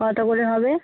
কতো করে হবে